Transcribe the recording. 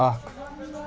اَکھ